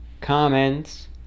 comments